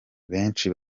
benshi